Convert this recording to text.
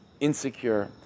insecure